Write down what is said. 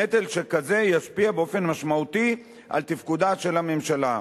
נטל שכזה ישפיע באופן משמעותי על תפקודה של הממשלה.